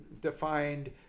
defined